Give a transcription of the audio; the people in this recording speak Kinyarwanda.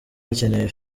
hakenewe